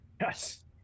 Yes